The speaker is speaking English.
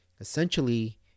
Essentially